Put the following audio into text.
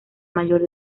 mayor